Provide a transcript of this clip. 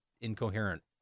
incoherent